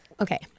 Okay